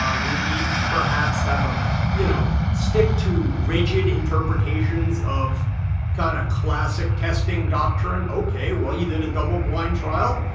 um we need to perhaps have a you know stick to rigid interpretations of kind of classic testing doctrine. ok, well, you did a double blind trial,